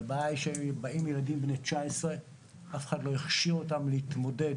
הבעיה היא שבאים ילדים בני 19. אף אחד לא הכשיר אותם להתמודד